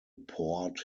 port